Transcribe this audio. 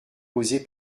causé